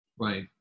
Right